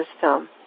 system